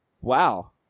Wow